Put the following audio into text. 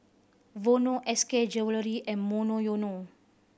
Vono S K Jewellery and Monoyono